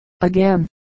again